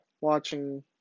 watching